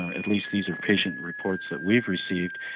at least these are patient reports that we've received,